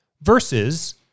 versus